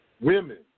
women